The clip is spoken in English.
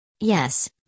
Yes